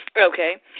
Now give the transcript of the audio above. Okay